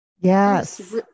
Yes